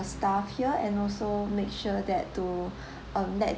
staff here and also make sure that to um let